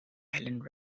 island